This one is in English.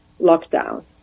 lockdown